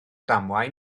ddamwain